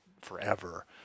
forever